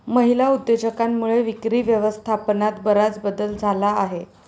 महिला उद्योजकांमुळे विक्री व्यवस्थापनात बराच बदल झाला आहे